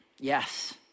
yes